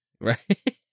Right